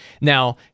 now